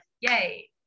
yay